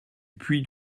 puits